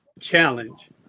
challenge